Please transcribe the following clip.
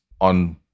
on